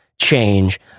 change